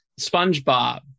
Spongebob